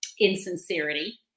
Insincerity